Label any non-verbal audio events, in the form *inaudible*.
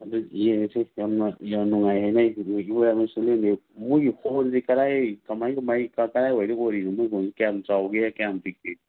ꯑꯗꯨ ꯌꯦꯡꯉꯁꯤ ꯌꯥꯝꯅ ꯌꯥꯝ ꯅꯨꯡꯉꯥꯏ ꯍꯥꯏꯅꯩ *unintelligible* ꯃꯣꯏꯒꯤ ꯍꯣꯜꯁꯦ ꯀꯔꯥꯏ ꯀꯃꯥꯏꯅ ꯀꯃꯥꯏꯅ ꯀꯔꯥꯏꯋꯥꯏꯗ ꯑꯣꯏꯔꯤꯅꯣ ꯃꯣꯏ ꯍꯣꯜ ꯀꯌꯥꯝ ꯆꯥꯎꯒꯦ ꯀꯌꯥꯝ ꯄꯤꯛꯀꯦ